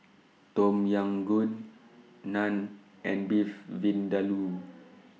Tom Yam Goong Naan and Beef Vindaloo